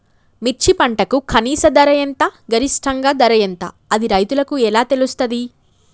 మిర్చి పంటకు కనీస ధర ఎంత గరిష్టంగా ధర ఎంత అది రైతులకు ఎలా తెలుస్తది?